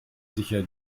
sicher